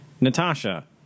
Natasha